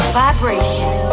vibration